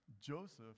Joseph